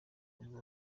urwo